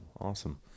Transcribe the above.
Awesome